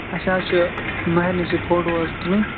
اَسہِ حظ چھُ مہرنہِ سۭتۍ فوٹو حظ تُلٕنۍ